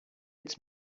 its